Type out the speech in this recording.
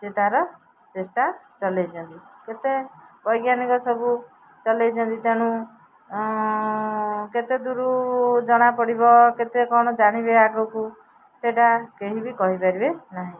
ସେ ତାର ଚେଷ୍ଟା ଚଲେଇଛନ୍ତି କେତେ ବୈଜ୍ଞାନିକ ସବୁ ଚଲେଇଛନ୍ତି ତେଣୁ କେତେ ଦୂରରୁ ଜଣାପଡ଼ିବ କେତେ କଣ ଜାଣିବେ ଆଗକୁ ସେଟା କେହିବି କହିପାରିବେ ନାହିଁ